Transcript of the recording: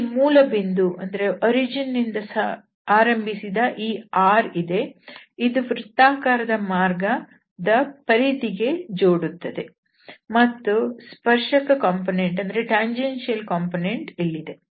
ಇಲ್ಲಿ ಮೂಲಬಿಂದುವಿನಿಂದ ಆರಂಭಿಸಿದ ಈ r ಇದೆ ಇದು ವೃತ್ತಾಕಾರದ ಮಾರ್ಗದ ಪರಿಧಿಗೆ ಜೋಡುತ್ತದೆ ಮತ್ತು ಸ್ಪರ್ಶಕ ಕಾಂಪೊನೆಂಟ್ ಇಲ್ಲಿದೆ